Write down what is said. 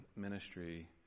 ministry